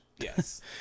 Yes